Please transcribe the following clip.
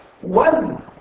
one